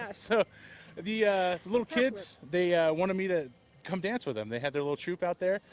ah so the little kids. they wanted me to come dance with them. they had their little troupe out there.